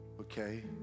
okay